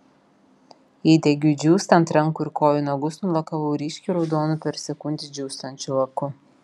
įdegiui džiūstant rankų ir kojų nagus nulakavau ryškiai raudonu per sekundę džiūstančių laku